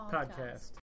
Podcast